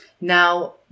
Now